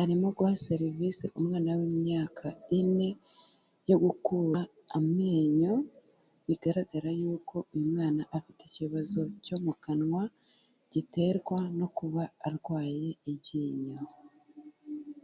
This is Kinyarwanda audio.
arimo guha serivisi umwana w'imyaka ine, yo gukura amenyo, bigaragara yuko uyu mwana afite ikibazo cyo mu kanwa, giterwa no kuba arwaye iryinyo.